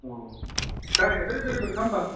औ गारियाथ' एभेलेबेलखा होमब्ला